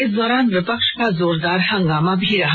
इस दौरान विपक्ष का जोरदार हंगामा भी रहा